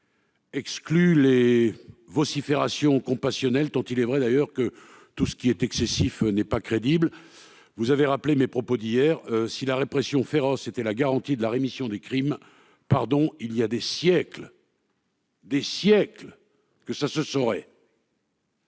exclut les vociférations compassionnelles tant il est vrai que tout ce qui est excessif n'est pas crédible. Vous avez rappelé mes propos d'hier. Si la répression féroce était la garantie de la rémission des crimes, il y a des siècles- des siècles !- que cela se saurait.